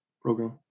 program